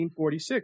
1846